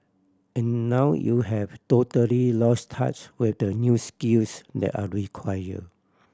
and now you have totally lost touch with the new skills that are require